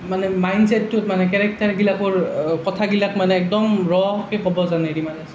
মানে মাইণ্ডচেটটোত মানে কেৰেক্টাৰবিলাকৰ কথাবিলাক মানে একদম ৰকৈ ক'ব জানে ৰীমা দাসে